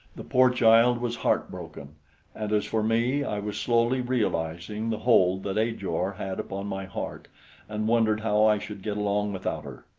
the poor child was heartbroken and as for me, i was slowly realizing the hold that ajor had upon my heart and wondered how i should get along without her.